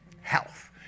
Health